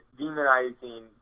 demonizing